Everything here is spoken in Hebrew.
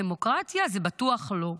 דמוקרטיה זה בטוח לא.